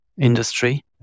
industry